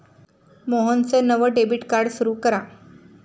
मोहनचं नवं debit card सुरू करा